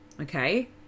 okay